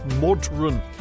modern